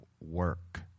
work